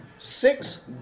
Six